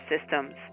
Systems